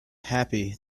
happy